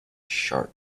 sharp